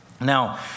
Now